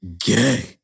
gay